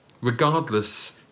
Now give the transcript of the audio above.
Regardless